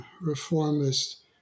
reformist